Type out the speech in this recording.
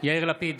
יאיר לפיד,